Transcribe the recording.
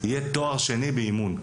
יהיה תואר שני באימון.